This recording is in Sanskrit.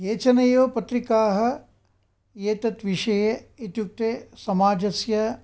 केचन एव पत्रिकाः एतत् विषये इत्युक्ते समाजस्य